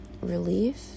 relief